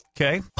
Okay